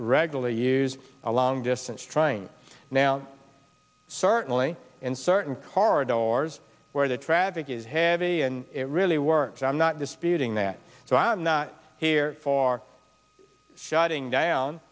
regular use a long distance train now certainly in certain car doors where the traffic is heavy and it really works i'm not disputing that so i'm not here for shutting down